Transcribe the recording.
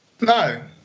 No